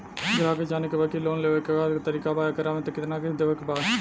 ग्राहक के जाने के बा की की लोन लेवे क का तरीका बा एकरा में कितना किस्त देवे के बा?